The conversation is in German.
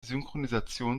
synchronisation